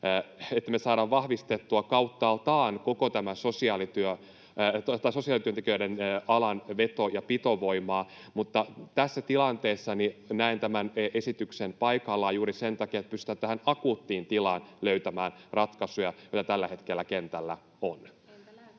että me saadaan myöskin vahvistettua kauttaaltaan koko tämän sosiaalityöntekijöiden alan veto- ja pitovoimaa. Mutta tässä tilanteessa näen tämän esityksen paikallaan juuri sen takia, että pystytään tähän akuuttiin tilaan, joka tällä hetkellä kentällä on,